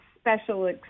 special